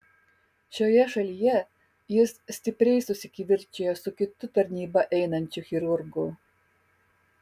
šioje šalyje jis stipriai susikivirčijo su kitu tarnybą einančiu chirurgu